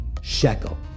shekel